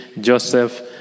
Joseph